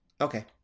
Okay